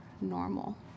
normal